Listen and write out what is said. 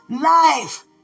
life